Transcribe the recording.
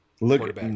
Look